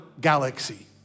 galaxy